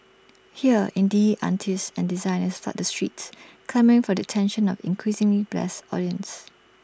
here indie artists and designers flood the streets clamouring for the attention of increasingly blase audiences